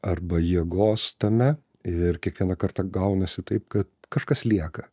arba jėgos tame ir kiekvieną kartą gaunasi taip kad kažkas lieka